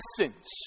essence